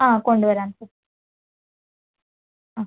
ആ കൊണ്ട് വരാം സാർ ആ